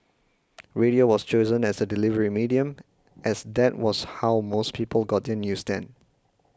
radio was chosen as the delivery medium as that was how most people got their news then